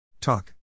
Talk